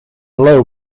low